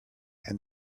and